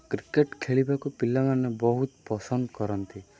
cricket ଖେଳିବାକୁ ପିଲାମାନେ ବହୁତ ପସନ୍ଦ କରନ୍ତି